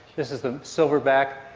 this is the silverback,